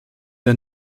der